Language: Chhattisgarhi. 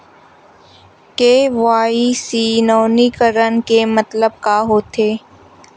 के.वाई.सी नवीनीकरण के मतलब का होथे?